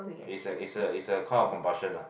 is a is a is a kind of combustion ah